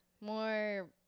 more